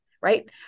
right